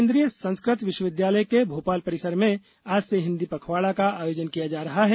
केन्द्रीय संस्कृत विश्वविद्यालय के भोपाल परिसर में आज से हिन्दी पखवाड़े का आयोजन किया जा रहा है